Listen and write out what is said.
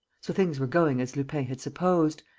so things were going as lupin had supposed.